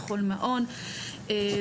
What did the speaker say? בכל מעון ומתוכם,